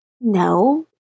No